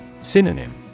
Synonym